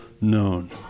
known